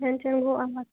کھٮ۪ن چٮ۪ن گوٚو الگ